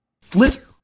Flit